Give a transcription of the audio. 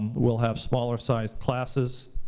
we'll have smaller sized classes,